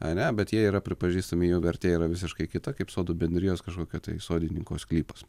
ane bet jie yra pripažįstami jų vertė yra visiškai kita kaip sodų bendrijos kažkokio tai sodininko sklypas